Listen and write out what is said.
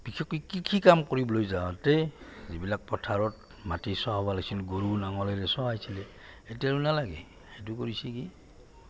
বিশেষকৈ কৃষি কাম কৰিবলৈ যাওঁতে যিবিলাক পথাৰত মাটি চহাব লাগছিল গৰু নাঙলেৰে চহাইছিলে এতিয়া নালাগে সেইটো কৰিছে কি